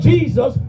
Jesus